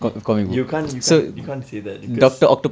you you can't you can't you can't say that because